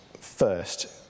first